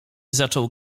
zaczął